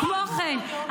כמו כן,